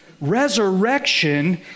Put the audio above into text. resurrection